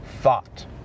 thought